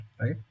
right